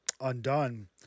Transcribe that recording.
undone